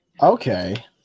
okay